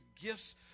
gifts